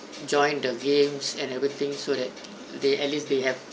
join the games and everything so that they at least they have